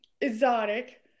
exotic